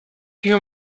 you